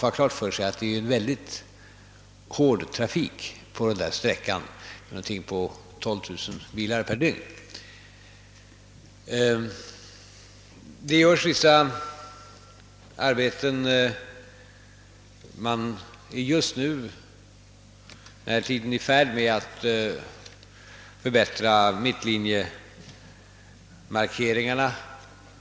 Trafiken är mycket hård på Det görs nu vissa arbeten på detta vägavsnitt; man är bl.a. i färd med att förbättra kantlinjemarkeringarna.